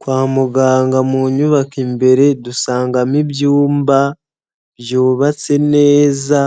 Kwa muganga mu nyubako imbere dusangamo ibyumba byubatse neza,